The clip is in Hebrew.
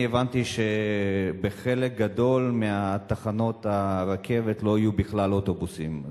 אני הבנתי שבחלק גדול מתחנות הרכבת לא יהיו בכלל אוטובוסים.